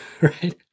right